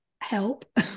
help